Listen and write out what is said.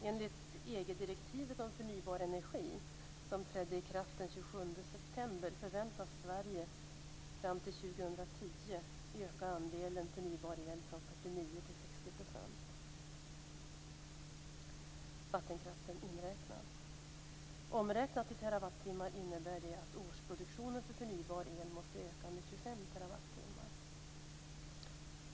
Enligt EG-direktivet om förnybar energi som trädde i kraft den 27 september förväntas Sverige fram till 2010 öka andelen förnybar el från 49 till 60 %, vattenkraften inräknad. Omräknat i terawattimmar innebär det att årsproduktionen för förnybar el måste öka med 25 terawattimmar.